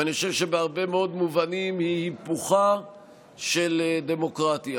ואני חושב שבהרבה מאוד מובנים היא היפוכה של דמוקרטיה,